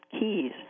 Keys